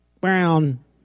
Brown